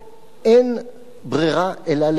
אין ברירה אלא להבין